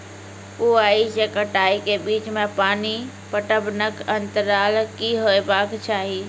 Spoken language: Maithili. बुआई से कटाई के बीच मे पानि पटबनक अन्तराल की हेबाक चाही?